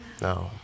No